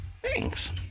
Thanks